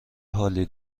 حالی